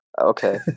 Okay